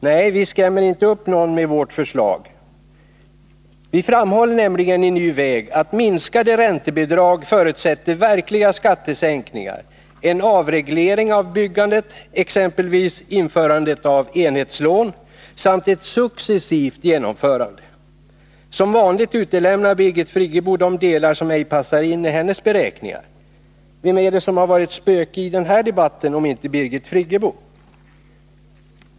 Nej, vi skrämmer inte någon med vårt förslag. Vi framhåller nämligen i Ny väg att minskade räntebidrag förutsätter verkliga skattesänkningar, avreglering av byggandet — exempelvis införandet av enhetslån — samt ett successivt genomförande. Som vanligt utelämnar Birgit Friggebo de delar som ej passar in i hennes beräkningar. Vem är det som har varit spöke i denna debatt om inte Birgit Friggebo?